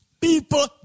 People